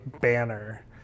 banner